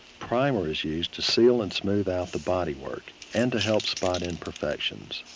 primer is used to seal and smooth out the bodywork, and to help spot imperfections.